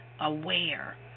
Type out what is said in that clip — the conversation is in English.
aware